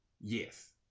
yes